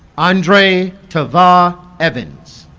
andre' tavaugh ah evans